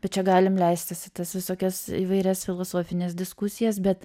bet čia galim leistis į tas visokias įvairias filosofines diskusijas bet